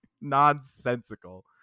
nonsensical